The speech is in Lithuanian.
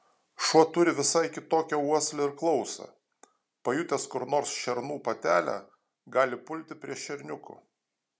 šuo turi visai kitokią uoslę ir klausą pajutęs kur nors šernų patelę gali pulti prie šerniukų